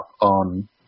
on